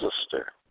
sister